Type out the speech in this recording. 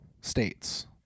states